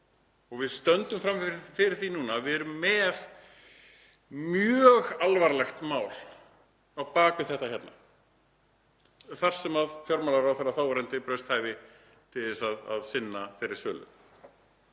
Við stöndum frammi fyrir því núna að við erum með mjög alvarlegt mál á bak við þetta mál hérna þar sem fjármálaráðherra þáverandi brast hæfi til að sinna þeirri sölu.